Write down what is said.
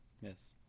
Yes